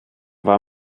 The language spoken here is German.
war